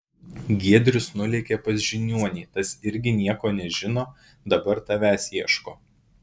giedrius nulėkė pas žiniuonį tas irgi nieko nežino dabar tavęs ieško